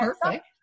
perfect